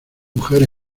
mujer